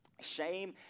shame